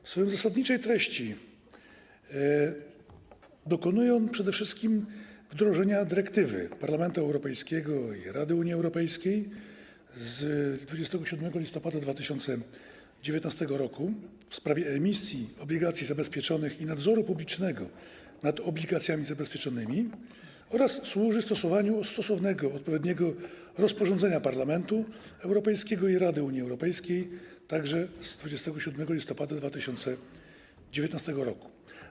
W swojej zasadniczej treści dokonują przede wszystkim wdrożenia dyrektywy Parlamentu Europejskiego i Rady Unii Europejskiej z 27 listopada 2019 r. w sprawie emisji obligacji zabezpieczonych i nadzoru publicznego nad obligacjami zabezpieczonymi oraz służą stosowaniu odpowiedniego rozporządzenia Parlamentu Europejskiego i Rady Unii Europejskiej także z 27 listopada 2019 r.